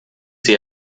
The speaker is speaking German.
sie